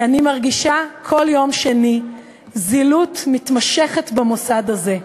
אני מרגישה כל יום שני זילות מתמשכת של המוסד הזה,